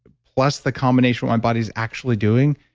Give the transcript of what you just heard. but plus the combination of my body's actually doing,